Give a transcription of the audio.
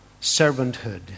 servanthood